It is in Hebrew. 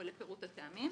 או לפרוט הטעמים.